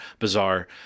bizarre